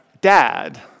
Dad